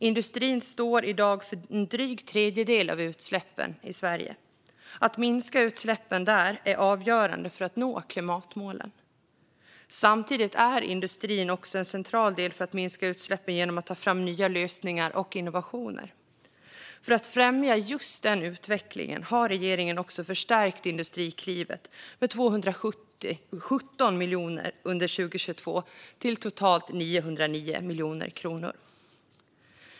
Industrin står i dag för drygt en tredjedel av utsläppen i Sverige. Att minska utsläppen från industrin är avgörande för att nå klimatmålen. Samtidigt är industrin en central del för att minska utsläppen genom att ta fram nya lösningar och innovationer. För att främja just denna utveckling har regeringen förstärkt Industriklivet med 217 miljoner under 2022 till totalt 909 miljoner kronor.